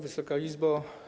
Wysoka Izbo!